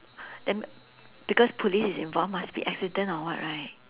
then because police is involved must be accident or what right